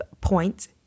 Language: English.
point